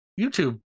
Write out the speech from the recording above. YouTube